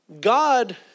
God